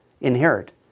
inherit